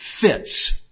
fits